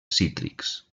cítrics